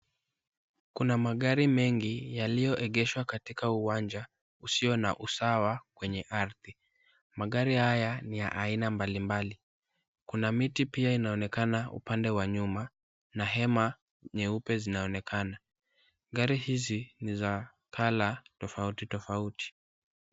Kuna magari mengi yaliyoegeshwa katika uwanja usio na usawa kwenye ardhi. Magari haya ni ya aina mbali mbali. Kuna miti pia inaonekana upande wa nyuma na hema nyeupe zinaonekana. Gari hizi ni za colour tofauti tofauti.